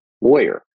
lawyer